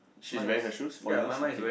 she's wearing her shoes for yours okay